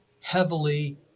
heavily